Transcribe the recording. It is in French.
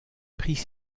prix